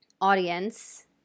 audience